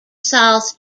south